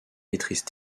maîtrise